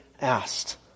asked